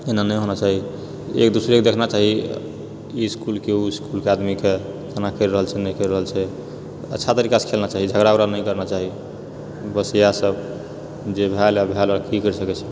एना नहि होना चाहिए एक दूसरेके देखना चाहिए ई इसकुलके ओ इसकुलके आदमीके केना खेल रहलछै नहि खेल रहलछै अच्छा तरीकासँ खेलना चाहिए झगड़ा वगड़ा नहि करना चाहिए बस इएह सब जे भए गेले भए गेले कि करि सकैछी